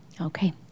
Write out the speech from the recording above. Okay